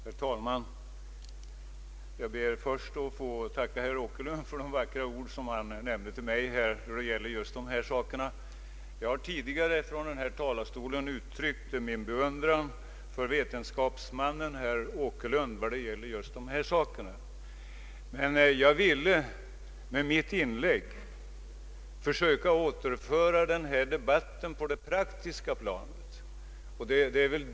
Herr talman! Jag ber först att få tacka herr Åkerlund för de vackra ord han nämnde till mig. Jag har tidigare från denna talarstol uttryckt min beundran för vetenskapsmannen herr Åkerlund vad gäller just de frågor vi nu diskuterar. Men jag ville med mitt inlägg försöka återföra denna debatt till det praktiska planet.